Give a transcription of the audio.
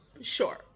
Sure